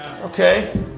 Okay